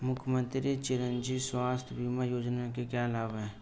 मुख्यमंत्री चिरंजी स्वास्थ्य बीमा योजना के क्या लाभ हैं?